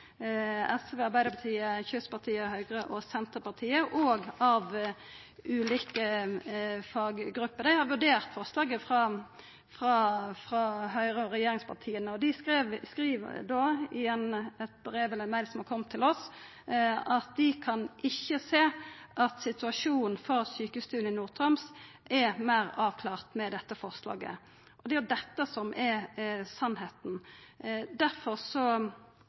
SV, Arbeidarpartiet, Kystpartiet, Høgre og Senterpartiet og av ulike faggruppe. Dei har vurdert forslaget frå fleirtalet, og dei skriv i ein e-post til oss at dei ikkje kan sjå at situasjonen for sjukestuene i Nord-Troms er meir avklart med dette forslaget. Det er jo dette som er